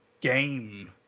game